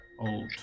old